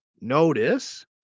Notice